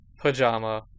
pajama